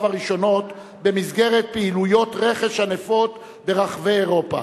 הראשונות במסגרת פעילויות רכש ענפות ברחבי אירופה,